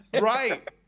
right